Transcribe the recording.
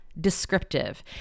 descriptive